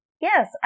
Yes